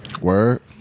Word